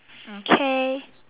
okay